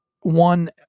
one